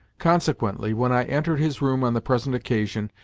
consequently, when i entered his room on the present occasion,